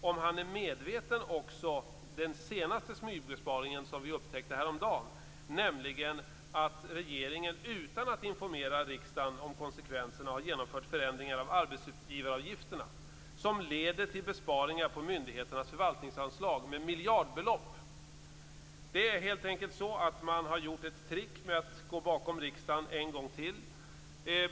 Är han medveten om den senaste smygbesparingen som vi upptäckte häromdagen, nämligen att regeringen utan att informera riksdagen om konsekvenserna har genomfört förändringar av arbetsgivaravgifterna som leder till besparingar på myndigheternas förvaltningsanslag med miljardbelopp? Det är helt enkelt så att man har gjort ett trick och gått bakom ryggen på riksdagen en gång till.